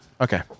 Okay